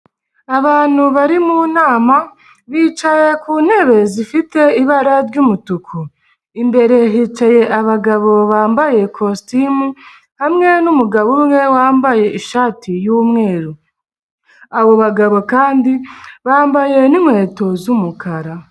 Abantu bari mu nama bicaye ku ntebe zifite ibara ry'umutuku, imbere hicaye abagabo bambaye kositimu, hamwe n'umugabo umwe wambaye ishati y'umweru, abo bagabo kandi bambaye n'inkweto z'umukara.